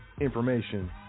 information